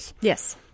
Yes